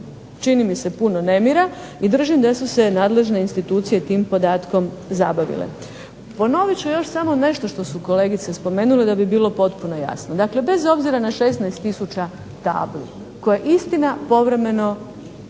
čini mi se puno nemira i držim da su se nadležne institucije tim podatkom zabavile. Ponoviti ću samo nešto što su kolegice spomenule da bi bilo potpuno jasno, dakle bez obzira na 16 tisuća tabli koje istina povremeno